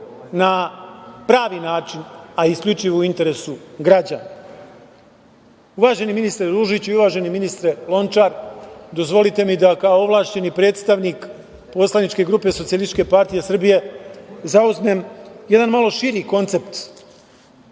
na pravi način, a isključivo u interesu građana. Uvaženi ministre Ružiću i uvaženi ministre Lončar, dozvolite mi da kao ovlašćeni predstavnik poslaničke grupe SPS zauzmem jedan malo širi koncept